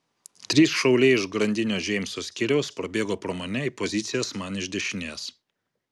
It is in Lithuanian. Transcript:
trys šauliai iš grandinio džeimso skyriaus prabėgo pro mane į pozicijas man iš dešinės